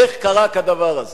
איך קרה כדבר הזה